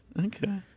Okay